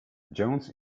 jones